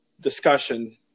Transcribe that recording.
discussion